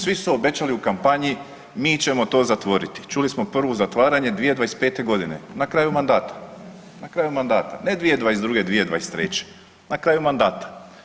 Svi su obećali u kampanji mi ćemo to zatvoriti, čuli smo prvo zatvaranje 2025.g., na kraju mandata, na kraju mandata, ne 2022.-2023., na kraju mandata.